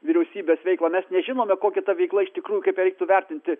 vyriausybės veiklą mes nežinome kokia ta veikla iš tikrųjų kaip ją reiktų vertinti